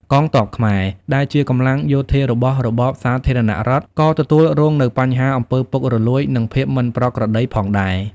កងទ័ពខ្មែរ ដែលជាកម្លាំងយោធារបស់របបសាធារណរដ្ឋ ក៏ទទួលរងនូវបញ្ហាអំពើពុករលួយ និងភាពមិនប្រក្រតីផងដែរ។